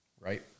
Right